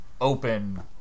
open